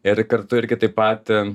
ir kartu irgi taip pat